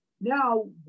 now